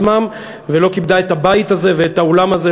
עצמם ולא כיבדה את הבית הזה ואת האולם הזה,